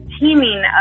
teaming